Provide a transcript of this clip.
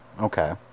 Okay